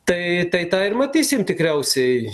tai tai tą ir matysim tikriausiai